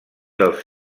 dels